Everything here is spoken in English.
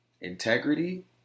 Integrity